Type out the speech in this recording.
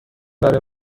برای